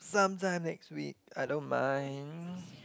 sometime next week I don't mind